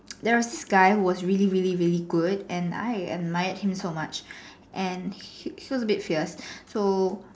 there was this guy who was really really really good and I admired him so much and he he seems a bit fierce so